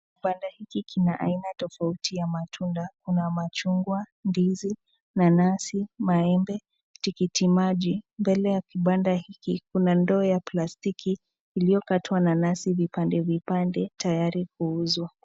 Kibanda hiki kina aina tofauti ya matunda kuna machungwa ndizi nanasi, maembe, tikitimaji. Mbele ya kibanda hiki kuna ndoo ya plastiki iliyokatwa nanasi vipande vipande tayari kuuzwa.